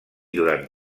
durant